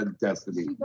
Destiny